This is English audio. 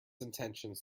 intentions